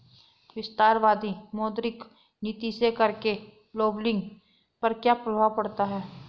विस्तारवादी मौद्रिक नीति से कर के लेबलिंग पर क्या प्रभाव पड़ता है?